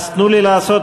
אז תנו לי לעשות.